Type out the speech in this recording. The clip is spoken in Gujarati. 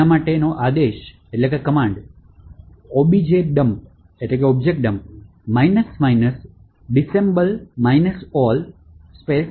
તેથી જેમ કે આદેશ objdump disassemble all hello hello